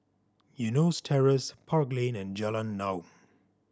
Eunos Terrace Park Lane and Jalan Naung